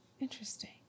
Interesting